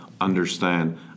understand